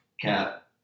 cat